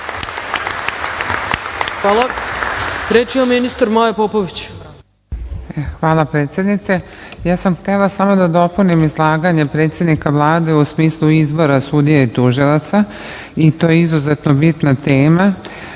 Maja Popović. **Maja Popović** Hvala, predsednice. Ja sam htela samo da dopunim izlaganje predsednika Vlade, u smislu izbora sudija i tužilaca. To je izuzetno bitna tema